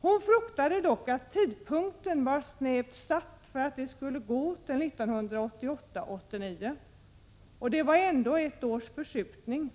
Hon fruktade dock att tidpunkten var snävt satt för att det skulle gå till 1988/89, och det var ändå ett års förskjutning.